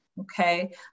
Okay